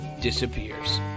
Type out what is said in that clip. disappears